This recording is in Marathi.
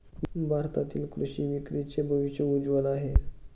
भारतातील कृषी विक्रीचे भविष्य उज्ज्वल आहे